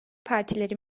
partileri